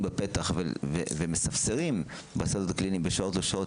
בפתח ומספסרים בשדות הקליניים בשעות לא שעות